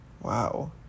Wow